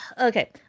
Okay